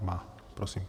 Má. Prosím.